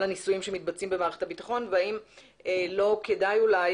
הניסויים שמתבצעים במערכת הביטחון והאם לא כדאי אולי